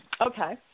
Okay